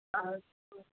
अस्तु